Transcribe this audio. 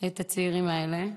את הצעירים האלה,